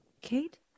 Kate